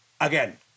Again